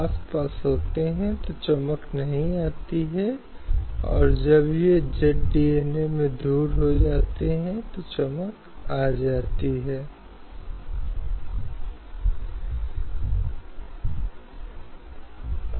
हालाँकि जैसा कि मैंने कहा कि यह केवल एक निर्देश है और यह राज्य पर निर्भर करता है क्योंकि जब वह इसे लागू करना चाहता है और आज तक हम उस ओर पर्याप्त प्रयास नहीं कर पाए हैं